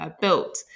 Built